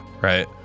right